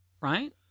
right